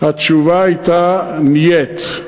התשובה הייתה, נייט.